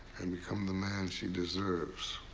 and become the man she deserves.